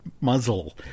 muzzle